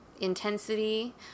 intensity